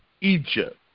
Egypt